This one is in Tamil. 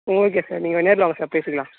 ஓகே சார் நீங்கள் நேரில் வாங்க சார் பேசிக்கலாம்